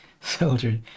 soldier